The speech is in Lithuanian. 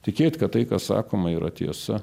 tikėt kad tai kas sakoma yra tiesa